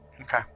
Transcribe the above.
Okay